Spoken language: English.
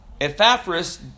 Epaphras